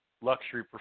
luxury